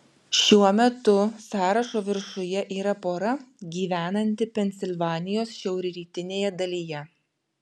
šiuo metu sąrašo viršuje yra pora gyvenanti pensilvanijos šiaurrytinėje dalyje